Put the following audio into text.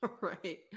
right